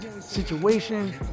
situation